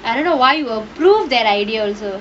I don't know why will prove that idea also